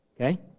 okay